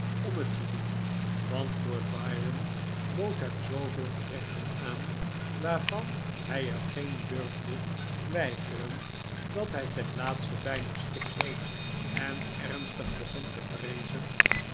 om het te doen want lord byron bood hem zooveel gerechten aan waarvan hij er geen durfde weigeren dat hij ten laatste bijna stikte en ernstig begon te vreezen